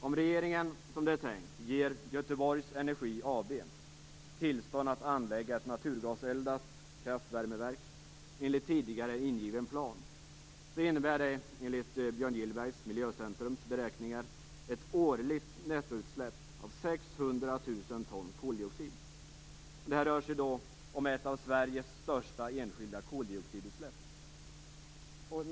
Om regeringen, som det är tänkt, ger Göteborgs Energi AB tillstånd att anlägga ett naturgaseldat kraftvärmeverk enligt den tidigare planen, innebär det enligt beräkningar av Björn Gillbergs Miljöcentrum ett årligt nettoutsläpp av 600 000 ton koldioxid. Det rör sig då om ett av Sveriges största enskilda koldioxidutsläpp.